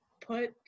put